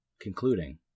concluding